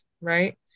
right